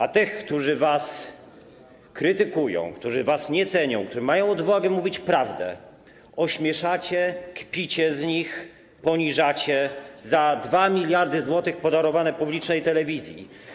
A tych, którzy was krytykują, którzy was nie cenią, którzy mają odwagę mówić prawdę, ośmieszacie, kpicie z nich, poniżacie za 2 mld zł podarowane publicznej telewizji.